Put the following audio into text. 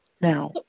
Now